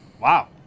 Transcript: Wow